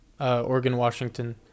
Oregon-Washington